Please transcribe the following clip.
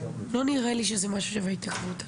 לא נראה לי שזה משהו ששווה התערבות.